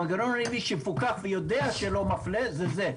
המנגנון היחידי שמפוקח ויודע שהוא לא מפלה זה זה.